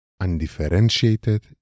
undifferentiated